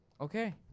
Okay